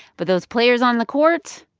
but those players on the court,